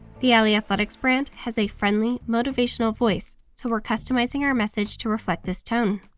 the alyathletics brand has a friendly, motivational voice, so we're customizing our message to reflect this tone.